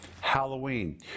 Halloween